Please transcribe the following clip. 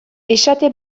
esate